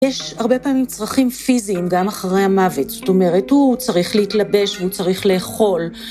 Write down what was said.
‫יש הרבה פעמים צרכים פיזיים ‫גם אחרי המוות. ‫זאת אומרת, הוא צריך להתלבש, ו‫הוא צריך לאכול.